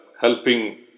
helping